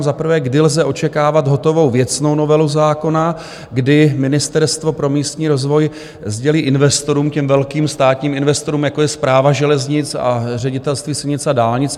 Za prvé, kdy lze očekávat hotovou věcnou novelu zákona, kdy Ministerstvo pro místní rozvoj sdělí investorům, těm velkým státním investorům, jako je Správa železnic a Ředitelství silnic a dálnic.